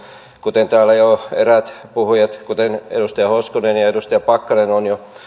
kuten täällä jo eräät puhujat kuten edustaja hoskonen ja edustaja pakkanen ovat